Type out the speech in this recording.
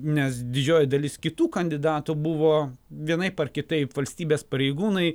nes didžioji dalis kitų kandidatų buvo vienaip ar kitaip valstybės pareigūnai